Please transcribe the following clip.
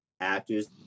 actors